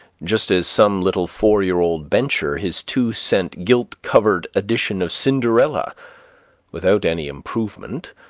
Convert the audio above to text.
just as some little four-year-old bencher his two-cent gilt-covered edition of cinderella without any improvement,